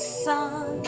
sun